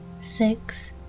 six